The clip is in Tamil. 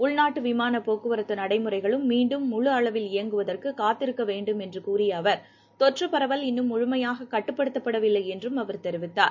உள்நாட்டு விமான போக்குவரத்து நடைமுறைகளும் மீண்டும் முழு அளவில் இயங்குவதற்கு காத்திருக்க வேண்டும் என்று கூறிய அவர் தொற்றுப் பரவல் இன்னும் முழுமையாக கட்டுப்படுத்தப்பட வில்லை என்றும் அவர் தெரிவித்தார்